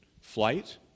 flight